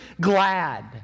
glad